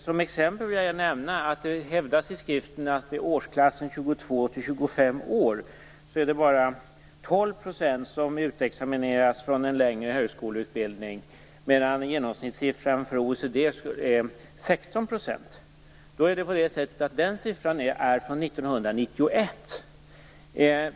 Som exempel vill jag nämna att det hävdas att det vid åldersklassen 22-25 år bara är 12 % som utexamineras från en längre högskoleutbildning, medan genomsnittssiffran för OECD är 16 %. Den siffran är från 1991.